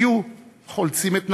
היו חולצים את נעליהם,